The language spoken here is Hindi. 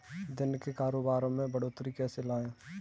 दिन के कारोबार में बढ़ोतरी कैसे लाएं?